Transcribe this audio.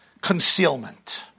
Concealment